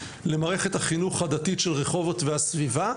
למערכת החינוך הדתית של רחובות והסביבה,